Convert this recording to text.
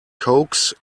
coax